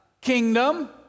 kingdom